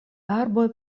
arboj